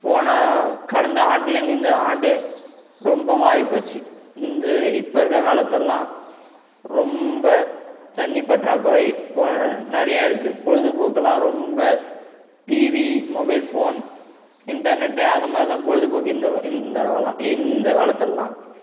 போனா கடந்த ஆண்டுலேருந்து இந்த ஆண்டு ரொம்ப மாறி போச்சு இந்த இப்போ இருக்கற காலத்துலெலாம் ரொம்ப தண்ணி பற்றாக்குறை போல் நிறையா இருக்குது பொழுதுபோக்குலாம் ரொம்ப டிவி மொபைல் ஃபோன் இன்டர்நெட்டு அதை மாதி தான் பொழுதுபோக்கு இந்த இந்த அளவுலாம் இந்த காலத்துலெலாம்